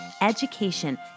education